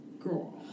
Girl